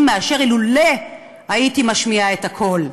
מאשר אילולא הייתי משמיעה את הקול.